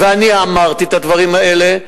ואני אמרתי את הדברים האלה,